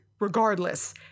regardless